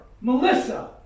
Melissa